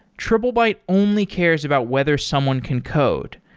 triplebyte only cares about whether someone can code.